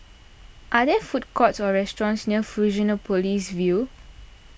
are there food courts or restaurants near Fusionopolis View